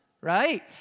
right